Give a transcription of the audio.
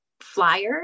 flyers